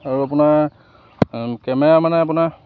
আৰু আপোনাৰ কেমেৰা মানে আপোনাৰ